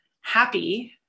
happy